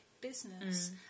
business